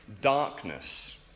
darkness